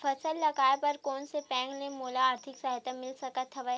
फसल लगाये बर कोन से बैंक ले मोला आर्थिक सहायता मिल सकत हवय?